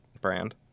brand